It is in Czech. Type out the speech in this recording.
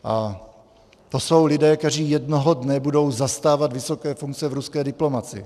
A to jsou lidé, kteří jednoho dne budou zastávat vysoké funkce v ruské diplomacii.